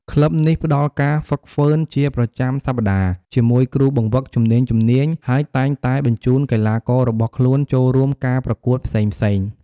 ក្លឹបនេះផ្ដល់ការហ្វឹកហ្វឺនជាប្រចាំសប្តាហ៍ជាមួយគ្រូបង្វឹកជំនាញៗ ហើយតែងតែបញ្ជូនកីឡាកររបស់ខ្លួនចូលរួមការប្រកួតផ្សេងៗ។